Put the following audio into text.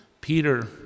Peter